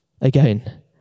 again